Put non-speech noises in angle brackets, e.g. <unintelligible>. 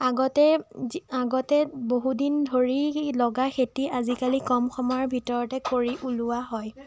আগতে <unintelligible> আগতে বহুদিন ধৰি লগা খেতি আজিকালি কম সময়ৰ ভিতৰতে কৰি উলিওৱা হয়